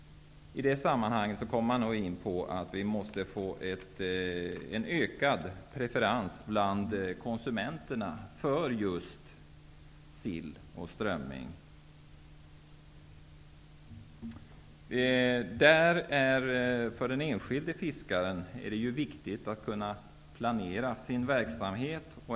I detta sammanhang kommer man in på att vi måste få en ökad preferens bland konsumenterna för just sill och strömming. För den enskilde fiskaren är det viktigt att kunna planera sin verksamhet.